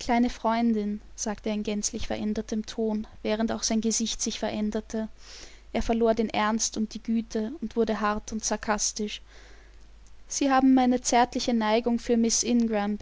kleine freundin sagte er in gänzlich verändertem ton während auch sein gesicht sich veränderte er verlor den ernst und die güte und wurde hart und sarkastisch sie haben meine zärtliche neigung für miß